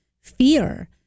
fear